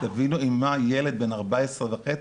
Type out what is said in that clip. תבינו עם מה ילד בן 14.5,